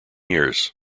years